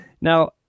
Now